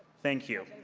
thank you.